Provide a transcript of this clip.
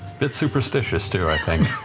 bit superstitious, too, i think.